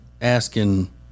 asking